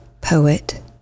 poet